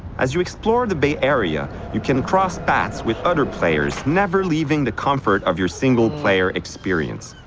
as you explore the bay area you can cross paths with other players, never leaving the comfort of your single player experience.